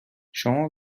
شما